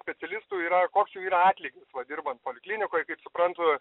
specialistų yra koks jų yra atlygis va dirbant poliklinikoj kaip suprantu